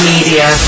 Media